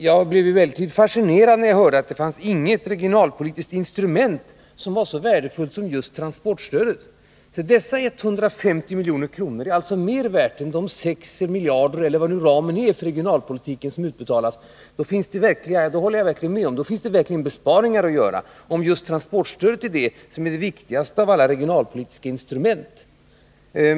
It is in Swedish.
Jag blev vidare fascinerad av att höra att inget regionalpolitiskt instrument är så värdefullt som just transportstödet. Dessa 150 milj.kr. är alltså mera värda än de ca 6 miljarder som utbetalas inom ramen för regionalpolitiken. Jag håller med om att det finns besparingar att göra, om transportstödet skulle vara det viktigaste av alla regionalpolitiska instrument.